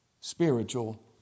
Spiritual